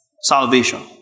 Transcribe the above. salvation